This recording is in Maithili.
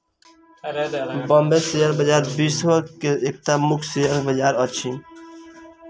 बॉम्बे शेयर बजार विश्व के एकटा मुख्य शेयर बजार अछि